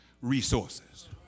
resources